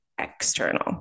external